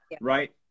right